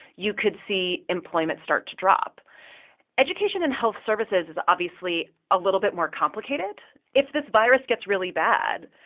you could see employment start to drop education and health services is obviously a little bit more complicated. if this virus gets really bad,